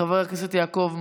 חבר הכנסת יעקב מרגי,